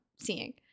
seeing